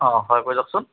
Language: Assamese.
অ হয় কৈ যাওকচোন